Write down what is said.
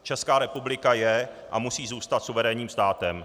Česká republika je a musí zůstat suverénním státem.